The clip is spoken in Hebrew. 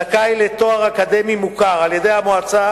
זכאי לתואר אקדמי מוכר על-ידי המועצה